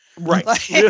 Right